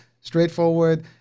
straightforward